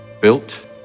built